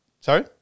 Sorry